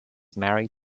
married